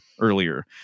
earlier